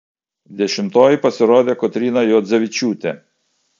dešimtoji pasirodė kotryna juodzevičiūtė